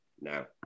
Now